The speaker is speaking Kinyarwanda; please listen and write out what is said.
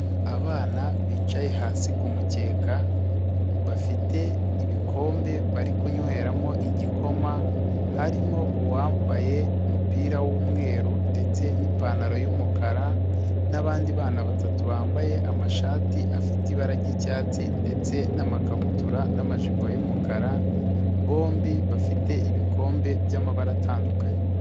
Abana bicaye hasi ku mukeka bafite ibikombe bari kunyweramo igikoma, harimo uwambaye umupira w'umweru ndetse n'ipantaro y'umukara n'abandi bana batatu bambaye amashati afite ibara ry'icyatsi ndetse n'amakabutura n'amajipo y'umukara, bombi bafite ibikombe by'amabara atandukanye.